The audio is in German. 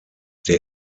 der